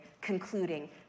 concluding